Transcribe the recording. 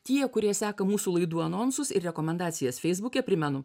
tie kurie seka mūsų laidų anonsus ir rekomendacijas feisbuke primenu